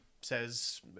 says